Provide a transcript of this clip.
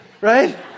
right